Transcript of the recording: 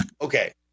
okay